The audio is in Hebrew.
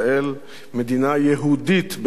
מדינה יהודית בארץ-ישראל.